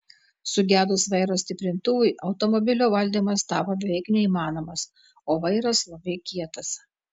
sugedus vairo stiprintuvui automobilio valdymas tapo beveik neįmanomas o vairas labai kietas